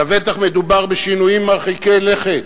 לבטח מדובר בשינויים מרחיקי לכת,